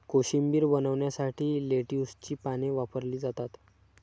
कोशिंबीर बनवण्यासाठी लेट्युसची पाने वापरली जातात